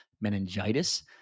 meningitis